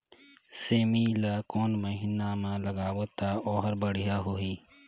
सेमी ला कोन महीना मा लगाबो ता ओहार बढ़िया होही?